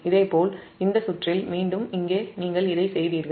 இதேபோல் இந்த சுற்றில் மீண்டும் இங்கே நீங்கள் இதை செய்தீர்கள்